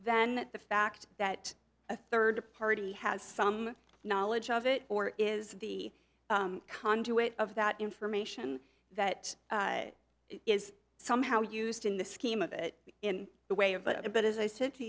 then the fact that a third party has some knowledge of it or is the conduit of that information that is somehow used in the scheme of it in the way of it a bit as i said to